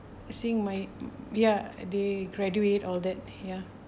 seeing my mm ya they graduate all that ya